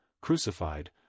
crucified